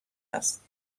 است